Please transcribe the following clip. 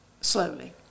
slowly